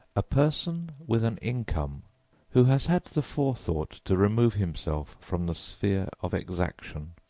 a person with an income who has had the forethought to remove himself from the sphere of exaction.